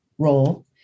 Role